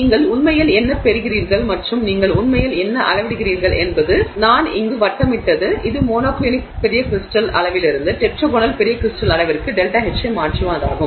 நீங்கள் உண்மையில் என்ன பெறுகிறீர்கள் மற்றும் நீங்கள் உண்மையில் என்ன அளவிடுகிறீர்கள் என்பது நான் இங்கு வட்டமிட்டது இது மோனோக்ளினிக் பெரிய கிரிஸ்டல் அளவிலிருந்து டெட்ராகோனல் பெரிய கிரிஸ்டல் அளவிற்கு ΔH ஐ மாற்றுவதாகும்